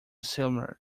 similar